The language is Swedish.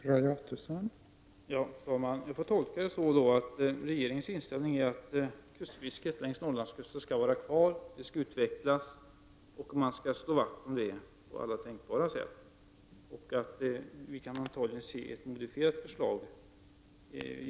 Fru talman! Jag får tolka svaret så att regeringens inställning är att kustfisket längs Norrlandskusten skall vara kvar och utvecklas och att man skall slå vakt om det på alla tänkbara sätt. Vi kan då antagligen se fram emot ett — Prot.